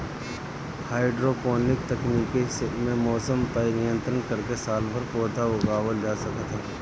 hydroponic तकनीकी में मौसम पअ नियंत्रण करके सालभर पौधा उगावल जा सकत हवे